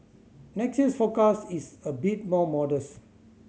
next year's forecast is a bit more modest